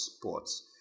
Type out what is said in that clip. sports